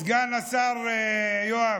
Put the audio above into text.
סגן השר יואב,